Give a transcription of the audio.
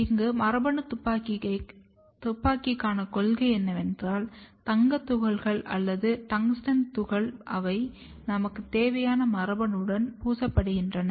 இங்கே மரபணு துப்பாக்கிக்கான கொள்கை என்னவென்றால் தங்கத் துகள்கள் அல்லது டங்ஸ்டன் துகள் அவை நமக்கு தேவையான மரபணுவுடன் பூசப்படுகின்றன